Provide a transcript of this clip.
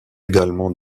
également